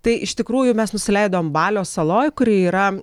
tai iš tikrųjų mes nusileidom balio saloj kuri yra